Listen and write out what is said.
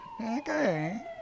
Okay